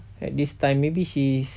at this time maybe she's